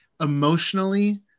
emotionally